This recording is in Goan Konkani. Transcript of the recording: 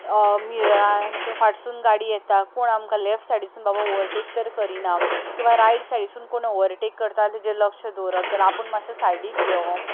मिररान फाटसून गाडी येता कोण बाबा आमकां लेफ्ट सायडीसून ओवरटेक तर करिना किंवां रायट सायडीसून कोणय ओवरटेक करता जाल्यार ताजेर लक्ष दवरप जाल्यार आपूण मातशे सायडीक घेवप